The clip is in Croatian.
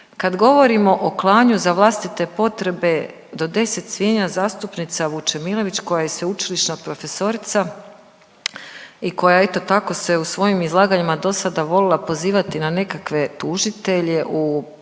Kad govorimo o klanju za vlastite potrebe do 10 svinja, zastupnica Vučemilović koja je sveučilišna profesorica i koja eto, tako se u svojim izlaganjima do sada volila pozivati na nekakve tužitelje u